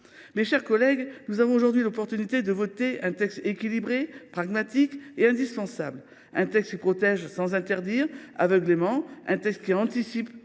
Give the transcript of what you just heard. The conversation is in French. Mes chers collègues, nous avons aujourd’hui l’occasion de voter un texte équilibré, pragmatique et indispensable : un texte, j’y insiste, qui protège sans interdire aveuglément, un texte qui permet